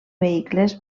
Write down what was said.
vehicles